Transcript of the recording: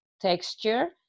texture